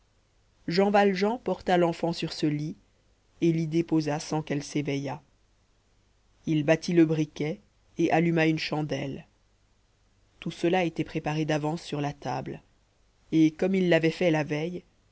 jean valjean porta l'enfant sur ce lit et l'y déposa sans qu'elle s'éveillât il battit le briquet et alluma une chandelle tout cela était préparé d'avance sur la table et comme il l'avait fait la veille